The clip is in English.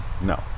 No